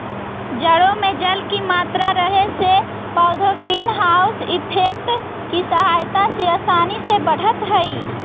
जड़ों में जल की मात्रा रहे से पौधे ग्रीन हाउस इफेक्ट की सहायता से आसानी से बढ़त हइ